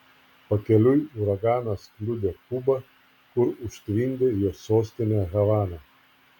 pakeliui uraganas kliudė kubą kur užtvindė jos sostinę havaną